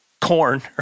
corn